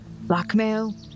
blackmail